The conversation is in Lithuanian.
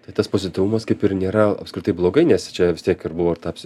tai tas pozityvumas kaip ir nėra apskritai blogai nes čia vis tiek ir buvo ir ta psi